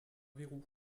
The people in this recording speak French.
verrou